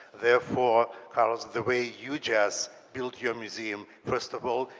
therefore, carves the way you just build your museum. first of all,